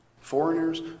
Foreigners